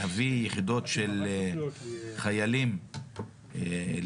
להביא יחידות של חיילים לטפל,